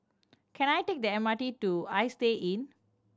can I take the M R T to Istay Inn